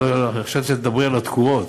אני חושב שתדברי על התקורות,